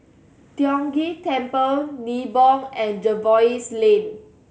Tiong Ghee Temple Nibong and Jervois Lane